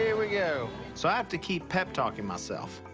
yeah we go. so i have to keep pep talking myself.